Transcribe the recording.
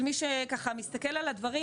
של מי שמסתכל על הדברים,